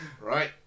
right